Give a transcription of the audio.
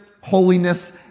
holiness